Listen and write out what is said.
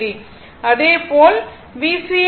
அதேபோல் VC t i t j X C